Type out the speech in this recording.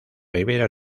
ribera